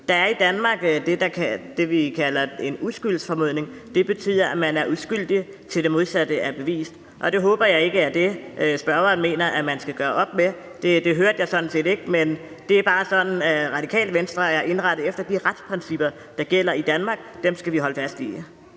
Der er i Danmark det, vi kalder en uskyldsformodning. Det betyder, at man er uskyldig, til det modsatte er bevist. Jeg håber ikke, at det er det, spørgeren mener man skal gøre op med. Det hørte jeg sådan set ikke, men det er bare sådan, Radikale Venstre er indrettet, altså at vi følger de retsprincipper, der gælder i Danmark. Dem skal vi holde fast i.